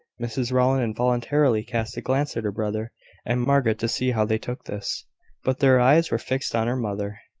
mrs rowland involuntarily cast a glance at her brother and margaret, to see how they took this but their eyes were fixed on her mother.